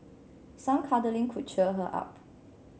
some cuddling could cheer her up